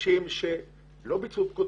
מדובר באנשים שלא ביצעו פקודות,